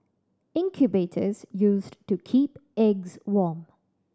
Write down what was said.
incubators used to keep eggs warm